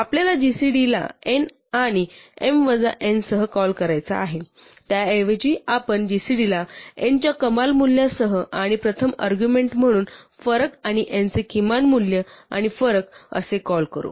आपल्याला gcd ला n आणि m वजा n सह कॉल करायचा आहे त्याऐवजी आपण gcd ला n च्या कमाल मूल्यासह आणि प्रथम अर्ग्युमेण्ट म्हणून फरक आणि n चे किमान मूल्य आणि फरक असे कॉल करू